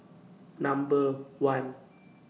Number one